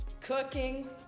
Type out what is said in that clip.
cooking